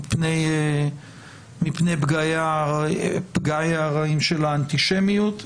מפני פגעיה הרעים של האנטישמיות.